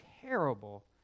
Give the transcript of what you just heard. Terrible